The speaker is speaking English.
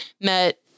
met